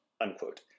unquote